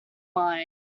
mind